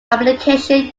application